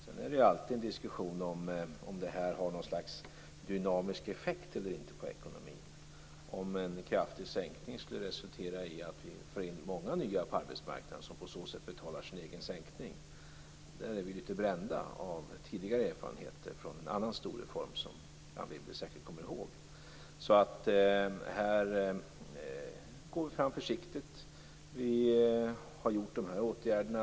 Sedan förs det ju alltid en diskussion om detta har något slags dynamisk effekt på ekonomin eller inte, om en kraftig sänkning skulle resultera i att vi får in många nya på arbetsmarknaden som på så sätt betalar sin egen sänkning. Där är vi litet brända av tidigare erfarenheter från en annan stor reform, som Anne Wibble säkert kommer ihåg. Så här går vi fram försiktigt. Vi har vidtagit de här åtgärderna.